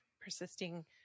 persisting